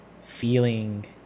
feeling